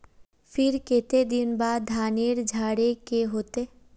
फिर केते दिन बाद धानेर झाड़े के होते?